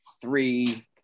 three